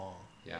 orh